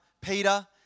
Peter